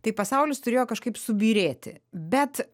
tai pasaulis turėjo kažkaip subyrėti bet